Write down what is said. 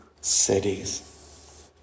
cities